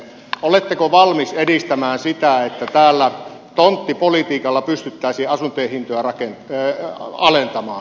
oletteko valmis edistämään sitä että täällä tonttipolitiikalla pystyttäisiin asuntojen hintoja alentamaan